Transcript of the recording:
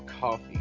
coffee